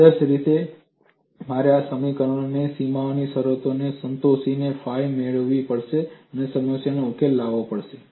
આદર્શ રીતે મારે આ સમીકરણ અને સીમાની શરતોને સંતોષીને ફાઈ મેળવવી પડશે અને સમસ્યાનો ઉકેલ લાવવો પડશે